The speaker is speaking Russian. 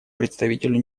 представителю